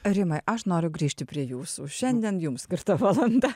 rimai aš noriu grįžti prie jūsų šiandien jum skirta valanda